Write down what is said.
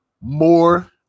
more